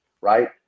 right